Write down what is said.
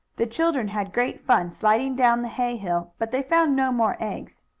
the children had great fun sliding down the hay-hill, but they found no more eggs.